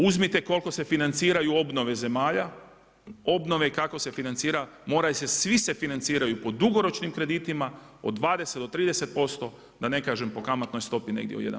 Uzmite koliko se financiraju obnove zemalja, obnove kako se financira, moraju se svi, se financiraju po dugoročnim kreditima, od 20 do 30% da ne kažem po kamatnoj stopi negdje u 1%